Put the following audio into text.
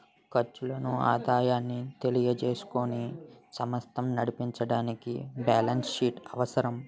ఖర్చులను ఆదాయాన్ని తెలియజేసుకుని సమస్త నడిపించడానికి బ్యాలెన్స్ షీట్ అవసరం